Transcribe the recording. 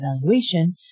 evaluation